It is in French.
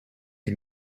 une